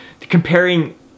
comparing